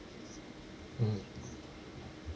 mm